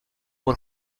por